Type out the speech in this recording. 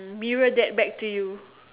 mirror that back to you